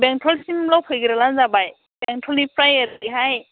बेंटलसिमल' फैग्रोबानो जाबाय बेंटलनिफ्राय ओरैहाय